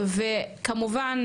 וכמובן,